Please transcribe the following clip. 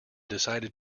decided